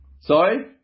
Sorry